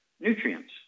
nutrients